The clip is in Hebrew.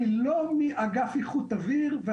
אני לא מאגף איכות אוויר.